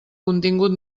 contingut